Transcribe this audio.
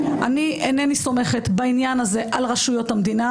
אני אינני סומכת בעניין הזה על רשויות המדינה,